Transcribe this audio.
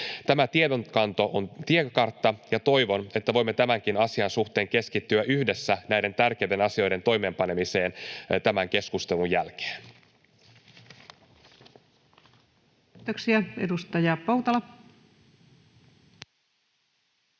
Tämä tiedonanto on tiekartta, ja toivon, että voimme tämänkin asian suhteen keskittyä yhdessä näiden tärkeiden asioiden toimeenpanemiseen tämän keskustelun jälkeen. Kiitoksia.